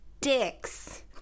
dicks